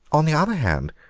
on the other hand,